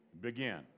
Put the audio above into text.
Begin